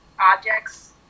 objects